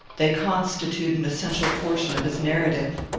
they constitute an essential portion of his narrative.